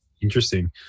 Interesting